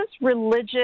religious